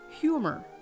humor